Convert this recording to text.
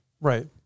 Right